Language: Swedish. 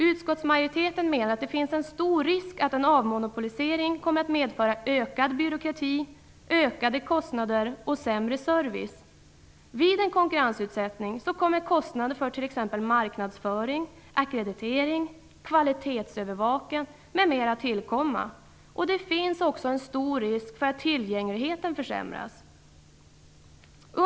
Utskottsmajoriteten menar att det finns en stor risk för att en avmonopolisering kommer att medföra ökad byråkrati, ökade kostnader och sämre service. Vid en konkurrensutsättning tillkommer kostnader för t.ex. marknadsföring, ackreditering, kvalitetsövervakning m.m. Det finns också en stor risk för att tillgängligheten försämras.